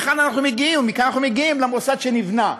מכאן אנחנו מגיעים למוסד שנבנה.